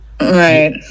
right